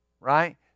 right